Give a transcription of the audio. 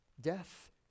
Death